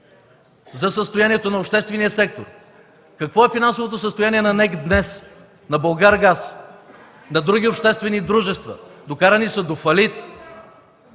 за състоянието на обществения сектор. Какво е финансовото състояние на НЕК днес, на „Булгаргаз”, на други обществени дружества? (Шум и реплики